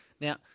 Now